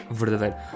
verdadeiro